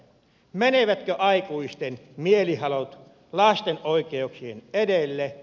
menevätkö aikuisten mielihalut lasten oikeuksien edelle